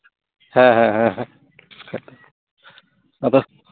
ᱦᱮᱸ ᱦᱮᱸ ᱦᱮᱸ ᱟᱵᱟᱨ